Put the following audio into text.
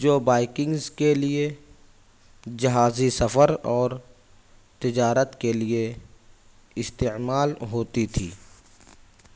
جو بائکنگس کے لیے جہازی سفر اور تجارت کے لیے استعمال ہوتی تھی